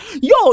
Yo